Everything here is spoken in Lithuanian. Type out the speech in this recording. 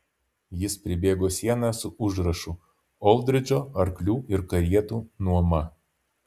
jis pribėgo sieną su užrašu oldridžo arklių ir karietų nuoma